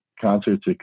concerts